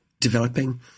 developing